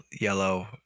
yellow